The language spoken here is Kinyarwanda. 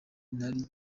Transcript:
nari